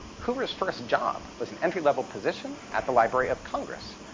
hoover's first job was an entry-level position at the library of congress,